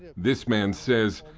this man says,